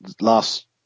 last